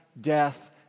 death